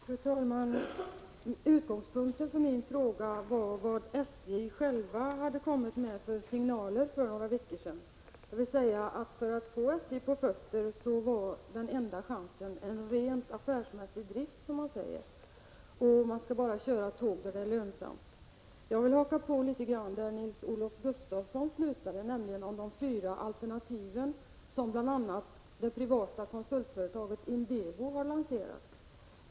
Fru talman! Utgångspunkten för min fråga var vilka signaler SJ självt hade kommit med för några veckor sedan. För att få SJ på fötter så var den enda chansen en rent affärsmässig drift, sades det, och man skall bara köra tåg där det är lönsamt. Jag vill haka på där Nils-Olof Gustafsson slutade, nämligen beträffande de fyra alternativ som bl.a. det privata konsultföretaget Idevo har lanserat.